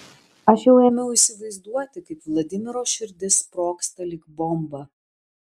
aš jau ėmiau įsivaizduoti kaip vladimiro širdis sprogsta lyg bomba